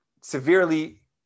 severely